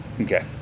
Okay